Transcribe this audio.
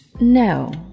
No